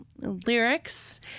lyrics